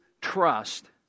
trust